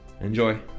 Enjoy